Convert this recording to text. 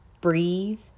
breathe